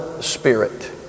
spirit